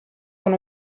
con